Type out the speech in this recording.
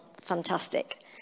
Fantastic